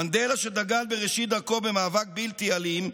מנדלה, שדגל בראשית דרכו במאבק בלתי אלים,